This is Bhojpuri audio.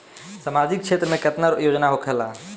सामाजिक क्षेत्र में केतना योजना होखेला?